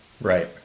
Right